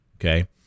Okay